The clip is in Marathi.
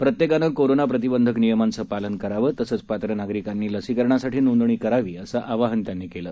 प्रत्येकानं कोरोना प्रतिबंधक नियंमांचं पालन करावं तसंच पात्र नागरिकांनी लसीकरणासाठी नोंदणी करावी असं आवाहनही त्यांनी केलं